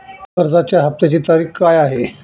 कर्जाचा हफ्त्याची तारीख काय आहे?